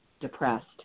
depressed